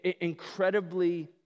incredibly